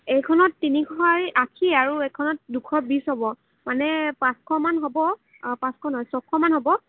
এইখনত তিনিশ আশী আৰু ইখনত দুশ বিছ হ'ব মানে পাঁচশমান হ'ব পাঁচশ নহয় ছশমান হ'ব